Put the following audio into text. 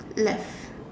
left